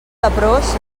leprós